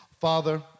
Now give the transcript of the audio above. Father